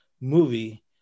movie